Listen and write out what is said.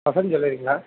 Vasanth ஜுவல்லரிங்களா